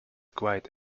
quite